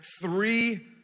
three